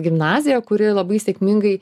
gimnaziją kuri labai sėkmingai